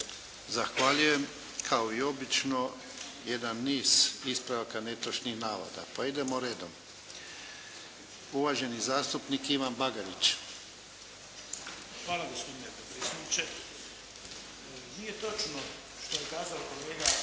Zahvaljujem. Kao i obično jedan niz ispravaka netočnih navoda. Pa idemo redom. Uvaženi zastupnik Ivan Bagarić. **Bagarić, Ivan (HDZ)** Hvala gospodine potpredsjedniče. Nije točno što je kazao kolega